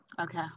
Okay